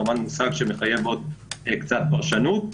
כמובן מושג שמחייב קצת פרשנות,